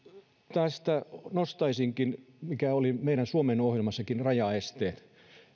tästä nostaisinkin sen mikä oli suomen ohjelmassakin rajaesteet